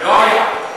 לא היה.